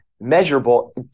measurable